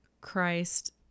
Christ